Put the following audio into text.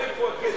איפה הכסף?